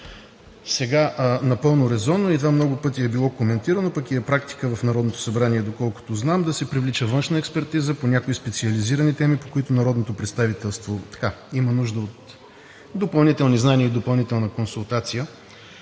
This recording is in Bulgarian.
Напълно резонно и това много пъти е било коментирано, пък и е практика в Народното събрание, доколкото знам, да се привлича външна експертиза по някои специализирани теми, по които народното представителство има нужда от допълнителни знания и допълнителна консултация,